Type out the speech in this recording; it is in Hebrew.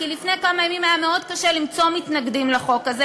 כי לפני כמה ימים היה מאוד קשה למצוא מתנגדים לחוק הזה,